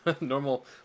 normal